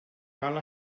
cal